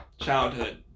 Childhood